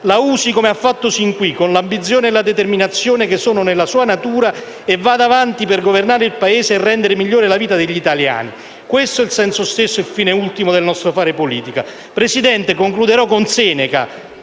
la usi come ha fatto sin qui con l'ambizione e la determinazione che sono nella sua natura e vada avanti per governare il Paese e rendere migliore la vita degli italiani. Questo è il senso stesso e il fine ultimo del nostro fare politica. Presidente, concluderò con Seneca